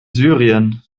syrien